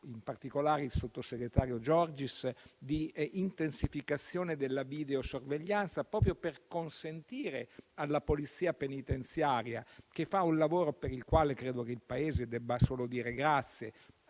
in particolare il sottosegretario Giorgis - di intensificazione della videosorveglianza per agevolare la Polizia penitenziaria, che fa un lavoro per il quale credo che il Paese debba solo dire grazie,